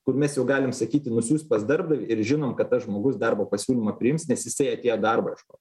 kur mes jau galim sakyti nusiųst pas darbdavį ir žinom kad tas žmogus darbo pasiūlymą priims nes jisai atėjo darbo ieškot